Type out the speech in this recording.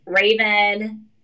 Raven